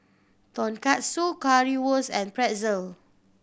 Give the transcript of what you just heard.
Tonkatsu Currywurst and Pretzel